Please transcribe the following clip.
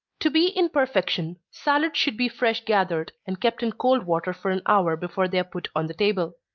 to be in perfection, salads should be fresh gathered, and kept in cold water for an hour before they are put on the table.